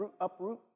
uproot